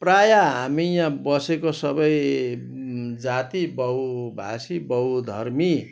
प्राय हामी यहाँ बसेको सबै जाति बहुभाषी बहुधर्मी